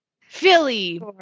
Philly